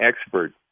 expert